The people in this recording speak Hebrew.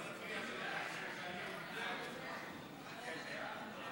ההצעה להעביר את הצעת חוק החזר גביית יתר (תיקוני חקיקה),